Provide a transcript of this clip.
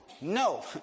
no